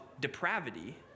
depravity